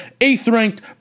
eighth-ranked